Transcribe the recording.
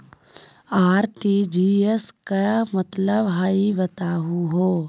RTGS के का मतलब हई, बताहु हो?